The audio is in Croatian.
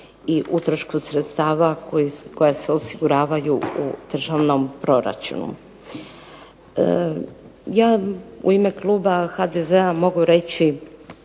i utrošku sredstava koja se osiguravaju u državnom proračunu. Ja u ime kluba HDZ-a mogu reći